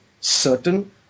certain